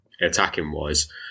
attacking-wise